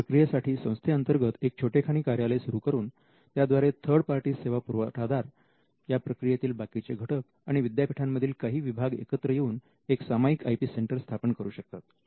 या प्रक्रियेसाठी संस्थेअंतर्गत एक छोटेखानी कार्यालय सुरू करून त्याद्वारे थर्ड पार्टी सेवा पुरवठादार या प्रक्रियेतील बाकीचे घटक आणि विद्यापीठांमधील काही विभाग एकत्र येऊन एक सामायिक आय पी सेंटर स्थापन करू शकतात